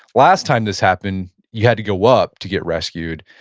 last time this happened, you had to go up to get rescued,